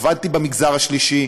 עבדתי במגזר השלישי,